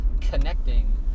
connecting